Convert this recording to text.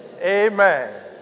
Amen